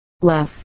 Less